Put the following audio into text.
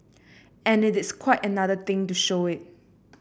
and it is quite another thing to show it